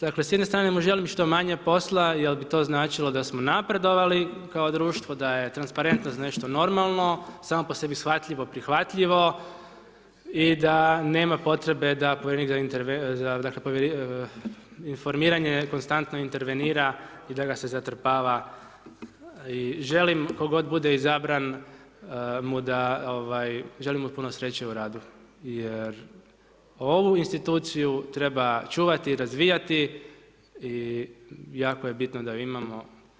Tako je, s jedne strane mu želim što manje posla jer bi to značilo da smo napredovali kao društvo da je transparentnost nešto normalno, samo po sebi shvatljivo, prihvatljivo i da nema potrebe da povjerenik za informiranje konstantno intervenira i da ga se zatrpava i želim tko god bude izabran, mu da, ovaj želim mu puno sreće u radu jer ovu instituciju treba čuvati i razvijati i jako je bitno da ju imamo.